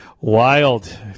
Wild